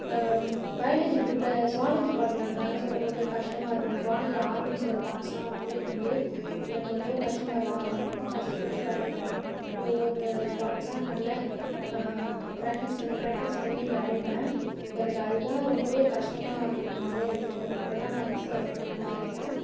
biology குரூப்ல ஸ்வாலஜி பாட்னியோட ட்ராயிங்ஸ்லாம் ரொம்பவே கஷ்டமாக இருக்கும் ஸ்வாலஜில ஆர்கன்ஸோட பார்ட்ஸ்லாம் வரைகிறது வந்து எனக்கு ரொம்பவே கஷ்டமாக இருக்கும் அதை நான் ரொம்ப கஷ்டப்பட்டு வரைவேன் ஒவ்வொரு பார்ட்ஸாக நல்லா ப்ராக்டிஸ் பண்ணி ப்ராக்டிஸ் பண்ணி வரைவேன் எனக்கு அது தான் ரொம்பவே கஷ்டமாக இருக்கும் வரைகிறத்துக்கு மத்ததெலாம் நான் ஈஸியாக எல்லாத்தையும் வரஞ்சிடுவேன்